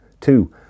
two